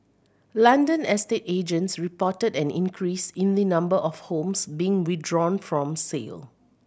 London estate agents reported an increase in the number of homes being withdrawn from sale